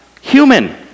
human